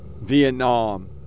Vietnam